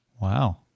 Wow